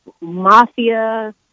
mafia